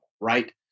right